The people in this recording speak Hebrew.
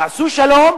תעשו שלום,